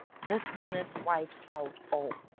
this minute wipes out all.